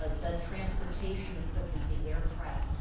ah that transportation equipment, the aircraft.